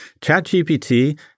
ChatGPT